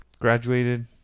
Graduated